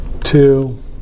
two